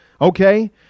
okay